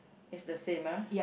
it's the same ah